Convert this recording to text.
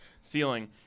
ceiling